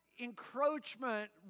encroachment